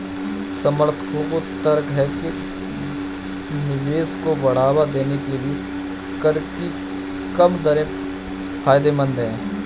समर्थकों का तर्क है कि निवेश को बढ़ावा देने के लिए कर की कम दरें फायदेमंद हैं